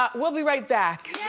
um we'll be right back.